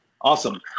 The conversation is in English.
awesome